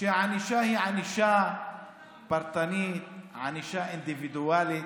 שהענישה היא ענישה פרטנית, ענישה אינדיבידואלית,